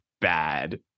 bad